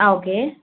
ஆ okay